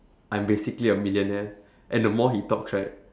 I'm basically a millionaire and the more he talks right